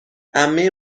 عمه